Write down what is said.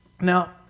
Now